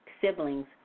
siblings